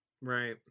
Right